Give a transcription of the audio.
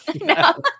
No